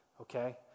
Okay